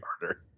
harder